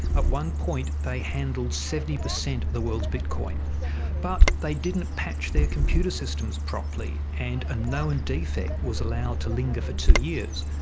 at one point, they handled seventy percent of the world's bitcoin but they didn't patch their computer systems properly and a known defect was allowed to linger for two years.